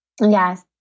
Yes